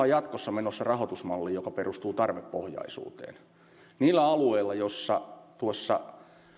jatkossa menossa rahoitusmalliin joka perustuu tarvepohjaisuuteen joillain alueilla tuossa